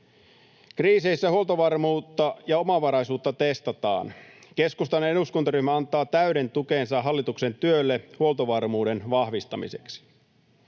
Kriiseissä huoltovarmuutta ja omavaraisuutta testataan. Keskustan eduskuntaryhmä antaa täyden tukensa hallituksen työlle huoltovarmuuden vahvistamiseksi.